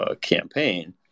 Campaign